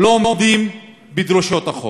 לא עומדים בדרישות החוק,